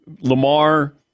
Lamar